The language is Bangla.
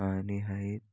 সায়নী হাইত